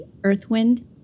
Earthwind